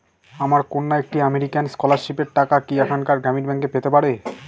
আমার কন্যা একটি আমেরিকান স্কলারশিপের টাকা কি এখানকার গ্রামীণ ব্যাংকে পেতে পারে?